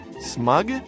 smug